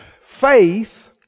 Faith